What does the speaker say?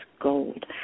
gold